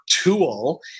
tool